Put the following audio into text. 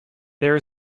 there